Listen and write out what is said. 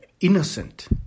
Innocent